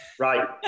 Right